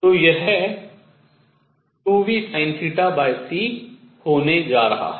तो यह 2vsinθc होने जा रहा है